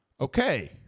Okay